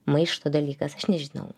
maišto dalykas aš nežinau